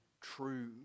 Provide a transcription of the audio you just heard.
true